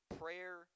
prayer